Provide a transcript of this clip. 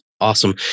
Awesome